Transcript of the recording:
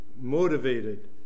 motivated